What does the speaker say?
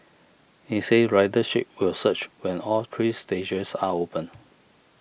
he said ridership will surge when all three stages are open